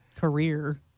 career